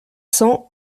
cents